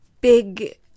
big